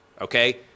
Okay